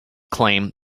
claim